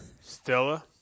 Stella